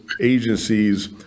agencies